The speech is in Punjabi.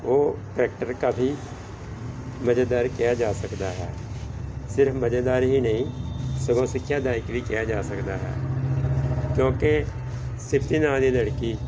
ਉਹ ਕਰੈਕਟਰ ਕਾਫੀ ਮਜ਼ੇਦਾਰ ਕਿਹਾ ਜਾ ਸਕਦਾ ਹੈ ਸਿਰਫ ਮਜ਼ੇਦਾਰ ਹੀ ਨਹੀਂ ਸਗੋਂ ਸਿੱਖਿਆ ਦਾਇਕ ਵੀ ਕਿਹਾ ਜਾ ਸਕਦਾ ਹੈ ਕਿਉਂਕਿ ਸਿਫਤੀ ਨਾਂ ਦੀ ਲੜਕੀ